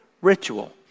ritual